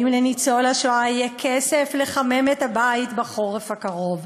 אם לניצול השואה יהיה כסף לחמם את הבית בחורף הקרוב.